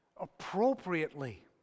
appropriately